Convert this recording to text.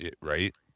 right